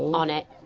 on it!